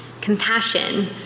Compassion